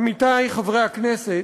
עמיתי חברי הכנסת,